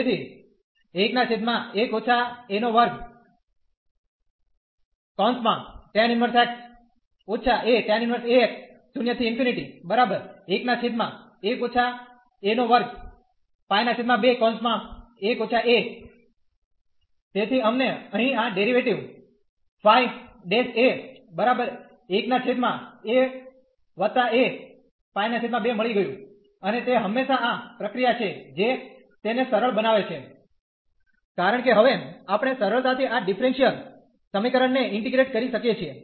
તેથી તેથી અમને અહીં આ ડેરીવેટીવ મળી ગયું અને તે હંમેશા આ પ્રક્રિયા છે જે તેને સરળ બનાવે છે કારણ કે હવે આપણે સરળતાથી આ ડીફરેંશીયલ સમીકરણને ઇન્ટીગ્રેટ કરી શકીએ છીએ